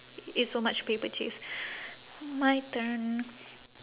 it's so much paper chase my turn